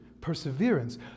perseverance